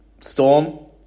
Storm